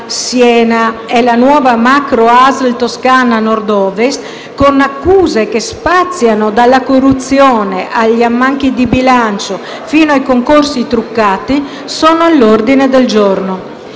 Siena e la nuova macro-ASL Toscana Nord-Ovest), con accuse che spaziano dalla corruzione agli ammanchi di bilancio, fino ai concorsi truccati. Episodi più o meno